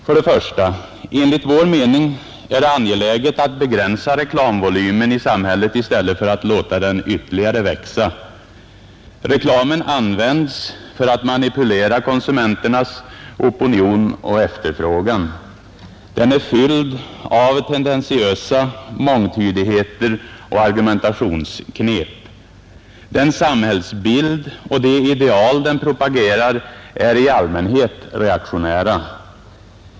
För det första är det enligt vår mening angeläget att begränsa reklamvolymen i samhället i stället för att låta den ytterligare växa. Reklamen används för att manipulera konsumenternas opinion och efterfrågan. Den är fylld av tendentiösa mångtydigheter och argumentationsknep. Den samhällsbild och de ideal den propagerar för är i allmänhet reaktionära.